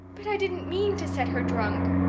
but i didn't mean to set her drunk.